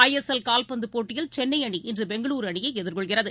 ஐ S L கால்பந்துபோட்டியில் சென்னைஅணி இன்றுபெங்களுருஅணியைஎதிர்கொள்கிறது